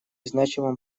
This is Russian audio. значимом